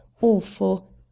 awful